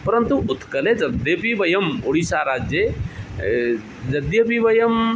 परन्तु उत्कले सत्यपि वयम् ओडिसाराज्ये यद्यपि वयं